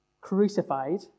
crucified